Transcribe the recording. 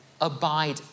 abide